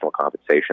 compensation